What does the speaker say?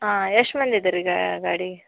ಆಂ ಎಷ್ಟು ಮಂದಿ ಇದಾರ್ರೀ ಗಾಡಿಗೆ